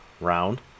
round